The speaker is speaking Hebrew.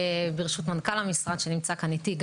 בראשות מנכ"ל המשרד שנמצא כאן איתי,